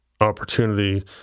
opportunity